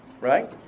Right